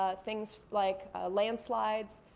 ah things like landslides,